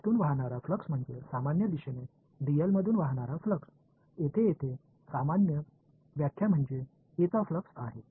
त्यातून वाहणारा फ्लक्स म्हणजे सामान्य दिशेने डीएलमधून वाहणारा फ्लक्स येथे येथे समान व्याख्या म्हणजे एचा फ्लक्स आहे